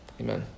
Amen